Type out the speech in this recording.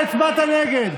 אתה הצבעת נגד.